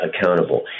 accountable